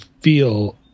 feel